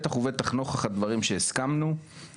נוכח הסיכומים